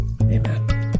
amen